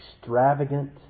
extravagant